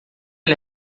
ele